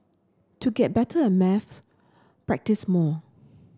to get better at maths practise more